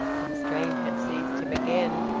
constraint had seized him again,